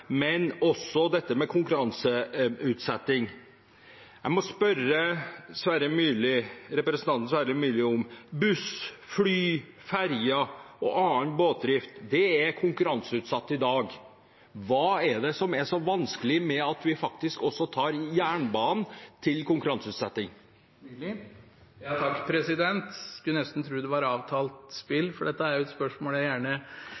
men når det gjelder dette med konkurranseutsetting: Jeg må spørre representanten Sverre Myrli: Buss, fly, ferjer og annen båtdrift er konkurranseutsatt i dag. Hva er det som er så vanskelig med at vi også tar jernbanen til konkurranseutsetting? En skulle nesten tro det var avtalt spill, for dette er et spørsmål jeg gjerne